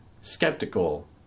skeptical